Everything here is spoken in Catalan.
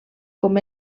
com